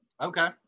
Okay